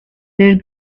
their